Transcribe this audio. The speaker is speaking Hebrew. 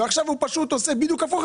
ועכשיו הוא פשוט עושה בדיוק ההפך,